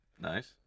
Nice